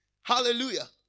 Hallelujah